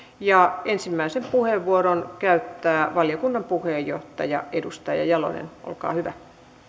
ensimmäisen puheenvuoron käyttää valiokunnan puheenjohtaja edustaja jalonen olkaa hyvä